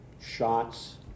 shots